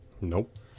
Nope